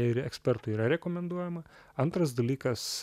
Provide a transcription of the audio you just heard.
ir ekspertų yra rekomenduojama antras dalykas